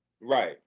Right